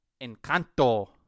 Encanto